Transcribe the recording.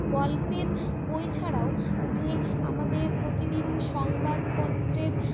গল্পের বই ছাড়াও যে আমাদের প্রতিদিন সংবাদপত্রের